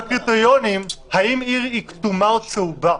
הקריטריונים האם עיר היא כתומה או צהובה,